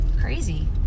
crazy